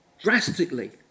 drastically